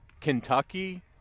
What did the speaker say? Kentucky –